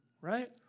right